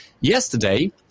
yesterday